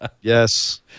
Yes